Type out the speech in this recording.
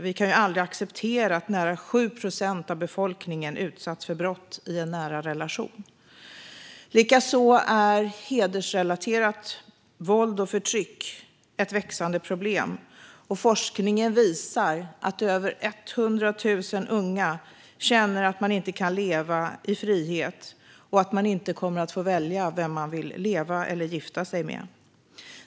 Vi kan aldrig acceptera att nära 7 procent av befolkningen utsatts för brott i en nära relation. Likaså är hedersrelaterat våld och förtryck ett växande problem. Forskningen visar att över 100 000 unga känner att de inte kan leva i frihet och att de inte kommer att få välja vem de vill leva eller gifta sig med.